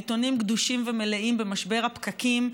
העיתונים גדושים ומלאים במשבר הפקקים,